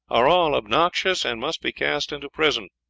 are all obnoxious, and must be cast into prison.